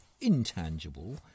intangible